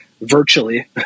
virtually